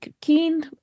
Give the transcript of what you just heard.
keen